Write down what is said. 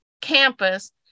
campus